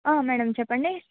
madam చెప్పండి